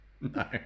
No